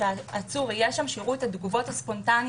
שהעצור יהיה שם שיראו את התגובות הספונטניות.